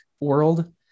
world